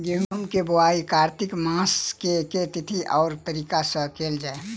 गेंहूँ केँ बोवाई कातिक मास केँ के तिथि वा तारीक सँ कैल जाए?